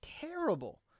terrible